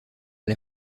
des